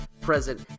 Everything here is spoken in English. present